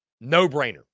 no-brainer